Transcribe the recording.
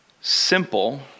simple